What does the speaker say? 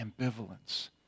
ambivalence